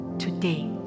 today